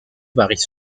varient